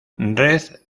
red